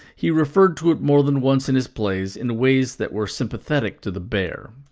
he referred to it more than once in his plays in ways that were sympathetic to the bear.